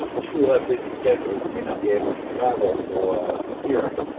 people who have busy schedules may not be able to travel for ah the hearing.